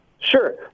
Sure